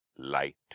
Light